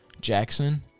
Jackson